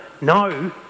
no